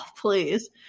please